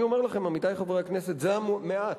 אני אומר לכם, עמיתי חברי הכנסת, זה המעט.